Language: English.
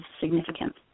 significant